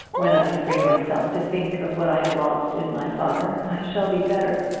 when i can bring myself to think of what i have lost in my father i shall be better,